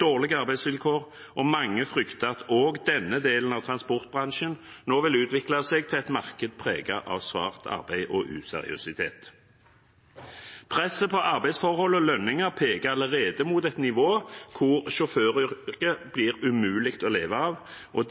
dårlige arbeidsvilkår, og mange frykter at også denne delen av transportbransjen nå vil utvikle seg til et marked preget av svart arbeid og useriøsitet. Presset på arbeidsforhold og lønninger peker allerede mot et nivå hvor sjåføryrket blir umulig å leve av.